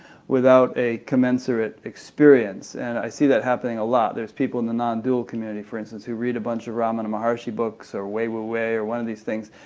without a commensurate experience, and i see that happening a lot. there are people in the nondual community, for instance, who read a bunch of ramana maharishi books, or way wu wei or one of these things,